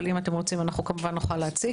אבל אם אתם רוצים אנחנו כמובן נוכל להציג.